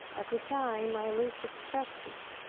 at a time i least expected it,